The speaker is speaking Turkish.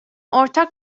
ortak